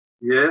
Yes